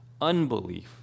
unbelief